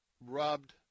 rubbed